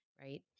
right